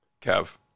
Kev